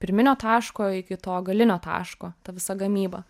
pirminio taško iki to galinio taško ta visa gamyba